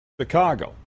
Chicago